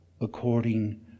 according